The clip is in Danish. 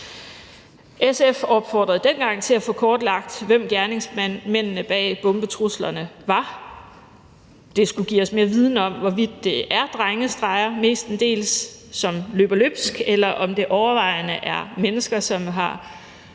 SF opfordrede dengang til at få kortlagt, hvem gerningsmændene bag bombetruslerne var. Det skulle give os mere viden om, hvorvidt det mestendels er drengestreger, som løber løbsk, eller om det overvejende er mennesker, som har